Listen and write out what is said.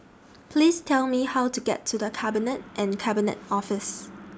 Please Tell Me How to get to The Cabinet and Cabinet Office